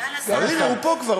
סגן השר, אבל הנה, הוא פה כבר.